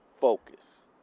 focus